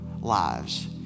lives